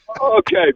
Okay